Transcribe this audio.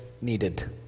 needed